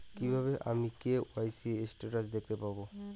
কিভাবে আমি KYC status দেখতে পারবো?